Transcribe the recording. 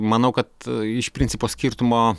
manau kad iš principo skirtumo